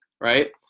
right